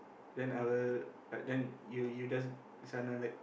then I will then you you just